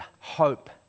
hope